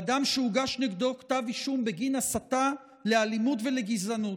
אדם שהוגש נגדו כתב אישום בגין הסתה לאלימות ולגזענות,